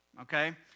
okay